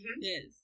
Yes